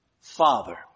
father